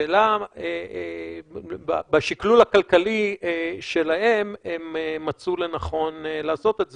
השאלה בשקלול הכלכלי שלהן הן מצאו לנכון לעשות את זה.